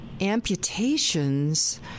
amputations